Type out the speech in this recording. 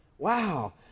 Wow